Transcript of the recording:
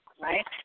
Right